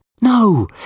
No